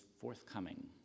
forthcoming